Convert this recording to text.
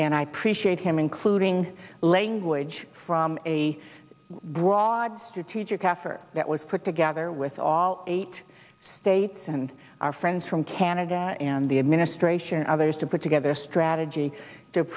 and i preceded him including language from a broad strategic effort that was put together with all eight states and our friends from canada and the administration others to put together a strategy to